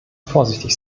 vorsichtig